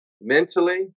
mentally